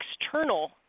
external